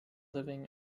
living